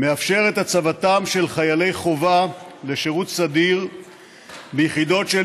מאפשר את הצבתם של חיילי חובה בשירות סדיר ביחידות של